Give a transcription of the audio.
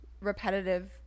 repetitive